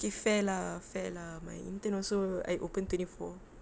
okay fair lah fair lah my intern also I open twenty four